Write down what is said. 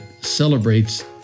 celebrates